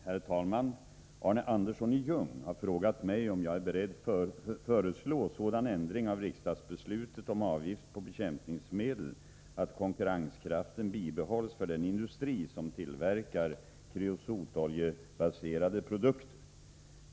Herr talman! Arne Andersson i Ljung har frågat mig om jag är beredd att föreslå sådan ändring av riksdagsbeslutet om avgift på bekämpningsmedel att konkurrenskraften bibehålls för den industri som tillverkar kreosotoljebaserade produkter.